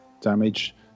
damage